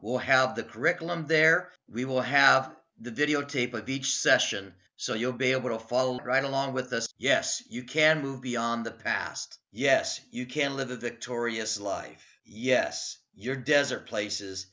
will have the curriculum there we will have the videotape of each session so you'll be able to follow right along with us yes you can move beyond the past yes you can live a victorious life yes your desert places